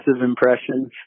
impressions